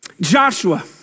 Joshua